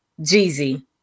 Jeezy